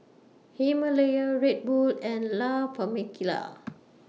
Himalaya Red Bull and La Famiglia